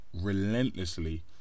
relentlessly